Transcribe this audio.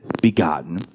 begotten